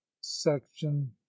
section